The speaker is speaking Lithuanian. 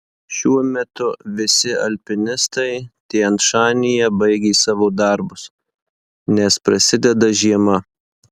šiuo metu visi alpinistai tian šanyje baigė savo darbus nes prasideda žiema